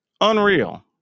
unreal